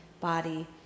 body